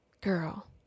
Girl